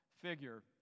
figure